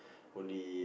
only